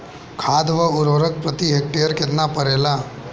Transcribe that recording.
खाद व उर्वरक प्रति हेक्टेयर केतना परेला?